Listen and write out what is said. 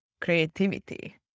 creativity